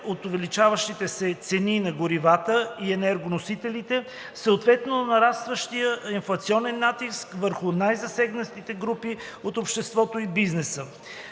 от увеличаващите се цени на горивата и енергоносителите, съответно нарастващия инфлационен натиск върху най-засегнатите групи от обществото и бизнеса.